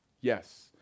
Yes